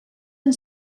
han